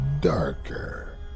darker